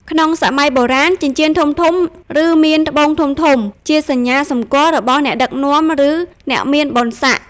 ក្នុងសម័យបុរាណ ចិញ្ចៀនធំៗ ឬមានត្បូងធំៗ ជាសញ្ញាសម្គាល់របស់អ្នកដឹកនាំ ឬអ្នកមានបុណ្យស័ក្តិ។